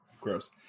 Gross